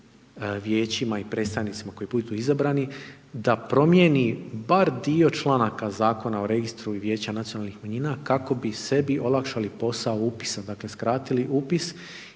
vijećima i predstavnicima koji budu izabrani, da promijeni bar dio članaka Zakona o registru i vijeća nacionalnih manjina kako bi sebi olakšali posao upisa, dakle, skratili upis,